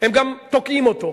הם גם תוקעים אותו.